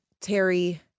terry